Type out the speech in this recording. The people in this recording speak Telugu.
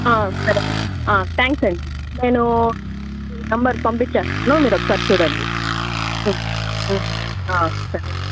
సరే అండి థ్యాంక్స్ అండి నేను నెంబర్ పంపించేస్తాను మీరొకసారి చూడండి సరే సార్